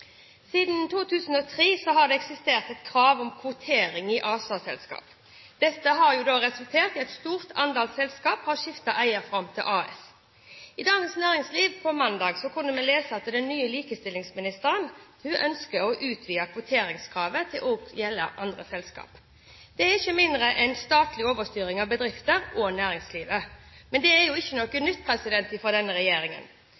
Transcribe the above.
AS. I Dagens Næringsliv på mandag kunne vi lese at den nye likestillingsministeren ønsker å utvide kvoteringskravet til også å gjelde andre selskaper. Det er ikke mindre enn statlig overstyring av bedrifter og næringslivet, men det er ikke noe